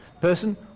person